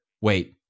Wait